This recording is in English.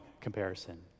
comparison